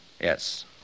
Yes